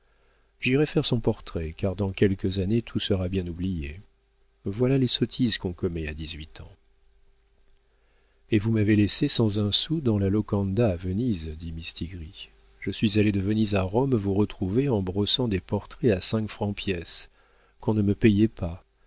j'irai faire son portrait car dans quelques années tout sera bien oublié voilà les sottises qu'on commet à dix-huit ans et vous m'avez laissé sans un sou dans la locanda à venise dit mistigris je suis allé de venise à rome vous retrouver en brossant des portraits à cinq francs pièce qu'on ne me payait pas